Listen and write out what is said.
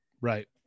Right